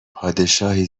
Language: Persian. پادشاهی